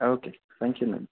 okay thank you ma'am